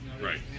Right